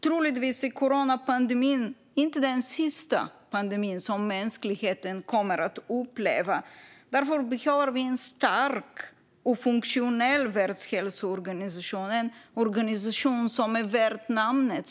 Troligtvis är coronapandemin inte den sista pandemi som mänskligheten kommer att uppleva, och därför behöver vi en stark och funktionell världshälsoorganisation - en organisation som är värd namnet.